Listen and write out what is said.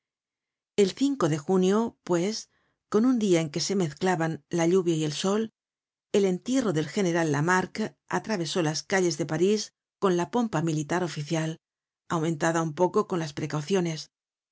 el de junio pues con un dia en que se mezclaban la lluvia y el sol el entierro del general lamarque atravesó las calles de parís con la pompa militar oficial aumentada un poco con las precauciones